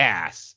ass